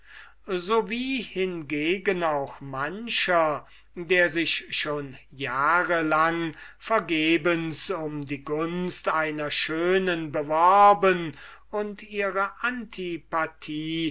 so wie hingegen auch mancher der sich schon jahre lang vergebens um die gunst einer schönen beworben und ihre antipathie